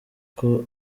uko